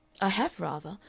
i have rather.